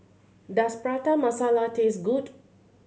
does Prata Masala taste good